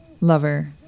lover